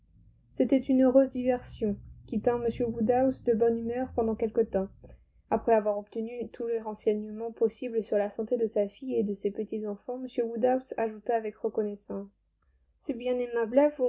c'était une heureuse diversion qui tint m woodhouse de bonne humeur pendant quelque temps après avoir obtenu tous les renseignements possibles sur la santé de sa fille et de ses petits-enfants m woodhouse ajouta avec reconnaissance c'est